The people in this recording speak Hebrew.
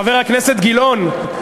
חבר הכנסת גילאון,